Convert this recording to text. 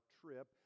trip